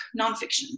nonfiction